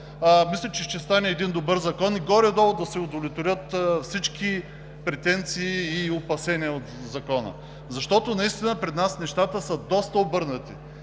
мисля, че ще стане един добър Закон и горе-долу да се удовлетворят всички претенции и опасения от него. Наистина при нас нещата са доста обърнати.